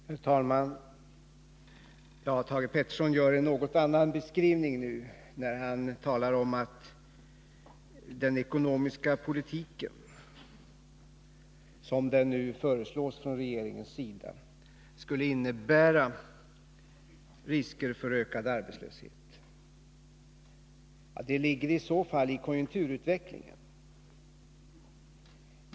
Herr talman! Thage Peterson gör en något annan beskrivning nu när han talar om att den ekonomiska politiken, som den nu föreslås från regeringens sida, skulle innebära risker för ökad arbetslöshet. Det ligger i så fall i konjunkturutvecklingen.